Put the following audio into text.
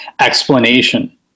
explanation